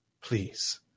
Please